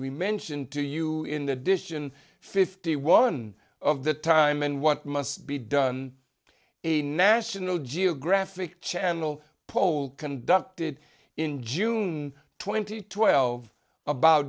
we mentioned to you in the decision fifty one of the time and what must be done a national geographic channel poll conducted in june twenty twelve about